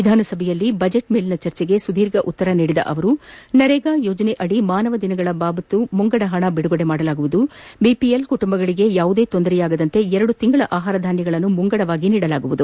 ವಿಧಾನಸಭೆಯಲ್ಲಿ ಬಜೆಟ್ ಮೇಲಿನ ಚರ್ಜೆಗೆ ಸುದೀರ್ಘ ಉತ್ತರ ನೀಡಿದ ಅವರು ನರೇಗಾ ಯೋಜನೆಯಡಿ ಮಾನವ ದಿನಗಳ ಬಾಬತ್ತು ಮುಂಗಡ ಹಣ ಬಿಡುಗಡೆ ಮಾಡಲಾಗುವುದು ಬಿಪಿಎಲ್ ಕುಟುಂಬಗಳಿಗೆ ಯಾವುದೇ ತೊಂದರೆ ಆಗದಂತೆ ಎರಡು ತಿಂಗಳ ಆಹಾರಧಾನ್ಯಗಳನ್ನು ಮುಂಗಡವಾಗಿ ನೀಡಲಾಗುವುದು